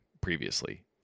previously